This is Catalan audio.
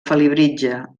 felibritge